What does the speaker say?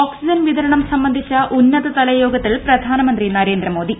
oxygen വിതരണം സംബന്ധിച്ച ഉന്നത്തല യോഗത്തിൽ പ്രധാനമന്ത്രി നരേന്ദ്രമോദി